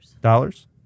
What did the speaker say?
Dollars